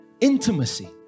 Intimacy